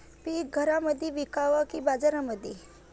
पीक घरामंदी विकावं की बाजारामंदी?